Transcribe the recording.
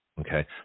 Okay